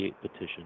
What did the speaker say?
petition